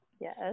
Yes